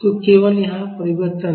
तो केवल यहाँ परिवर्तन है